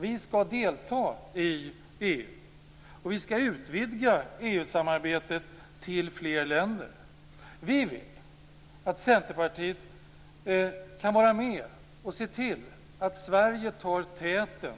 Vi skall delta i EU, och vi skall utvidga EU samarbetet till fler länder. Vi vill att Centerpartiet är med och ser till att Sverige tar täten